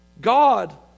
God